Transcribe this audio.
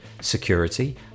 security